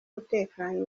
utekanye